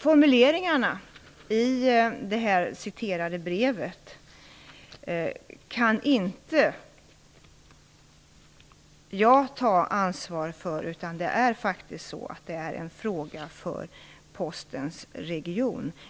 Formuleringarna i det citerade brevet kan jag inte ta ansvar för. Det är en fråga för Postens region.